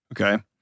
Okay